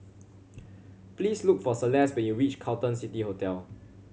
please look for Celeste when you reach Carlton City Hotel